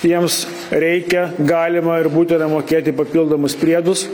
jiems reikia galima ir būtina mokėti papildomus priedus